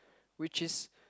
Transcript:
which is